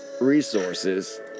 resources